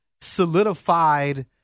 solidified